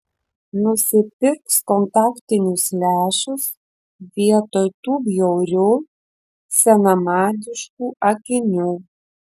nusipirks kontaktinius lęšius vietoj tų bjaurių senamadiškų akinių